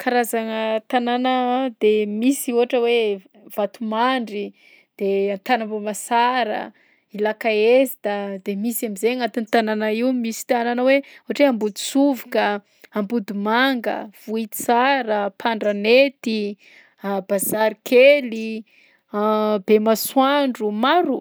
Karazagna tanàna de misy ohatra hoe Vatomandry, de Antanambaomasara, Ilaka Est, de misy am'zay agnatin'ny tanàna io misy tanàna hoe: ohatra hoe Ambodisovika, Ambodimanga, Vohitsara, Ampandramety, Bazarikely, Bemasoandro, maro.